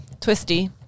twisty